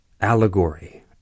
allegory